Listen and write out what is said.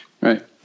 Right